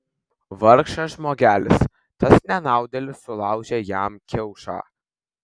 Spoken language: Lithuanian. vargšas žmogelis tas nenaudėlis sulaužė jam kiaušą